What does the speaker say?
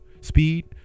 speed